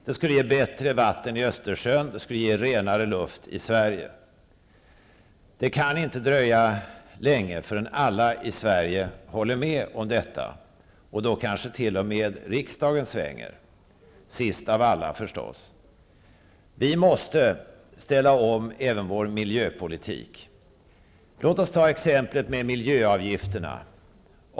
Det skulle ge bättre vatten i Östersjön och ge renare luft i Sverige. Det kan inte dröja länge förrän alla i Sverige håller med om detta, och då kanske t.o.m. riksdagen svänger, sist av alla förstås. Vi måste ställa om även vår miljöpolitik. Låt oss ta exemplet med miljöavgifterna.